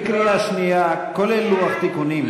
כולל לוח תיקונים,